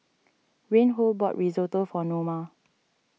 Reinhold bought Risotto for Noma